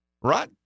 right